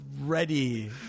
ready